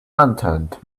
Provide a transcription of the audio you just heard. unturned